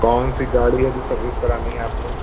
कौनसी गाड़ी है जो सर्विस करानी है आपको